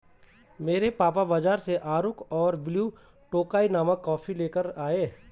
मेरे पापा बाजार से अराकु और ब्लू टोकाई नामक कॉफी लेकर आए